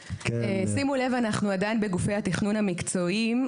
שימו לב, אנחנו עדיין בגופי התכנון המקצועיים.